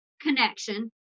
connection